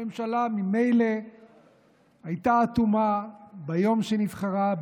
הממשלה ממילא הייתה אטומה ביום שנבחרה,